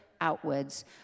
outwards